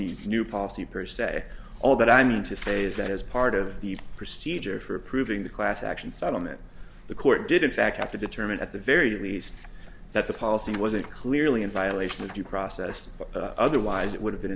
these new policy per se all that i'm going to say is that as part of the procedure for approved in the class action settlement the court did in fact have to determine at the very least that the policy wasn't clearly in violation of due process but otherwise it would have been